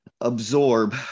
absorb